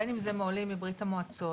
בין אם זה מעולים מברית המועצות.